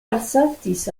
alsaltis